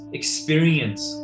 experience